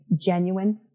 genuine